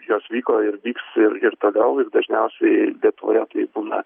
jos vyko ir vyks ir ir toliau ir dažniausiai lietuvoje tai būna